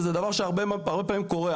וזה דבר שהרבה פעמים קורה.